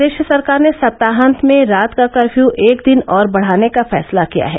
प्रदेश सरकार ने सप्ताहांत में रात का कर्फयू एक दिन और बढ़ाने का फैसला किया है